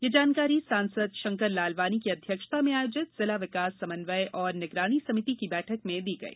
ये जानकारी सांसद षंकर लालवानी की अध्यक्षता में आयोजित जिला विकास समन्वय और निगरानी समिति की बैठक में दी गई